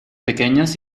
pequeñas